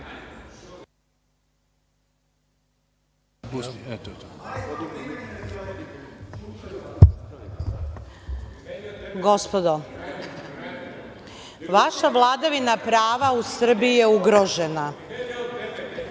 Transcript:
Gospodo, vaša vladavina prava u Srbiji je ugrožena